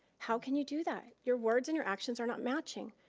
how can you do that? your words and your actions are not matching.